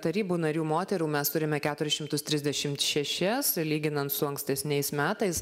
tarybų narių moterų mes turime keturis šimtus trisdešimt šešias lyginant su ankstesniais metais